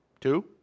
Two